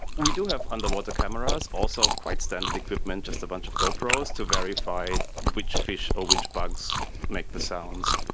we do have underwater cameras, also quite standard equipment, just a bunch of gopros to verify which fish or which bugs make the sounds.